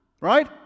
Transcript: Right